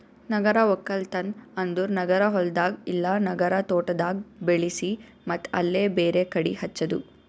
ನಗರ ಒಕ್ಕಲ್ತನ್ ಅಂದುರ್ ನಗರ ಹೊಲ್ದಾಗ್ ಇಲ್ಲಾ ನಗರ ತೋಟದಾಗ್ ಬೆಳಿಸಿ ಮತ್ತ್ ಅಲ್ಲೇ ಬೇರೆ ಕಡಿ ಹಚ್ಚದು